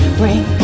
bring